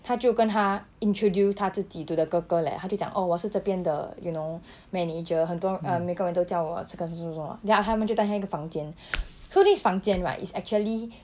她就跟她 introduce 她自己 to the 哥哥 leh 她就讲 oh 我是这边的 you know manager 很多 uh 每个人都叫我这个什么什么什么 then after 他们就带他一个房间 so this 房间 right is actually